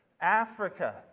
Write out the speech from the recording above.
Africa